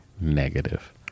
Negative